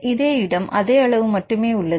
இது இடம் அதே அளவு மட்டுமே உள்ளது